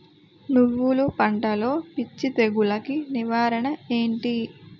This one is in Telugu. నువ్వులు పంటలో పిచ్చి తెగులకి నివారణ ఏంటి?